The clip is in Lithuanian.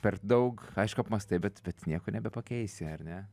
per daug aišku apmąstai bet bet nieko nebepakeisi ar ne